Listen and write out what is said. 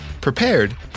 prepared